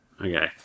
Okay